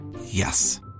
Yes